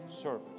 service